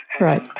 Right